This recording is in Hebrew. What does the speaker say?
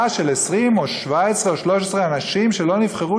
של 20 או 17 או 13 אנשים שלא נבחרו,